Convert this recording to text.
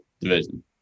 division